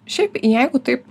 šiaip jeigu taip